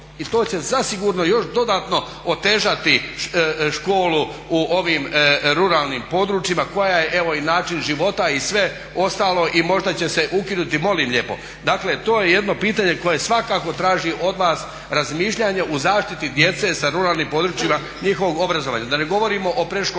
i to će zasigurno još dodatno otežati školu u ovim ruralnim područjima koja je evo i način života i sve ostalo i možda će se ukinuti, molim lijepo. Dakle to je jedno pitanje koje svakako traži od vas razmišljanje u zaštiti djece sa ruralnih područja, njihovog obrazovanja. Da ne govorimo o predškolskom